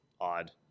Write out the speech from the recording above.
odd